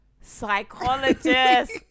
Psychologist